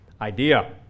idea